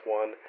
one